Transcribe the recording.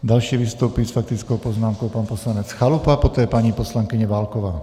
Další vystoupí s faktickou poznámkou pan poslanec Chalupa, poté paní poslankyně Válková.